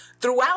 throughout